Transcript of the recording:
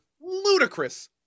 ludicrous